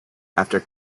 after